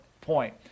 point